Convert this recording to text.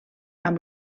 amb